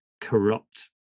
corrupt